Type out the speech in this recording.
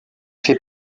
fait